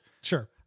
Sure